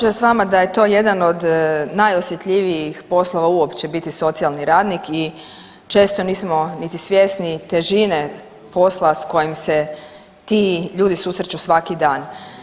Složit ću se s vama da je to jedan od najosjetljivijih poslova uopće biti socijalni radnik i često nismo niti svjesni težine posla s kojim se ti ljudi susreću svaki dan.